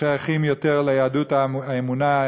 שייכים יותר ליהדות האמונה,